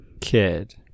kid